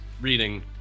reading